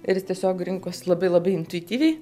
ir jis tiesiog rinkos labai labai intuityviai